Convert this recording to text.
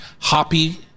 hoppy